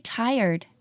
tired